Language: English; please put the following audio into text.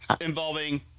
involving